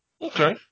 Okay